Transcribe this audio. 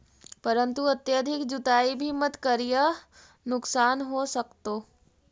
परंतु अत्यधिक जुताई भी मत करियह नुकसान हो सकतो